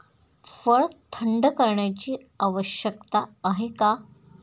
फळ थंड करण्याची आवश्यकता का आहे?